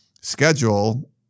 schedule